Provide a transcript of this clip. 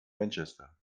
manchester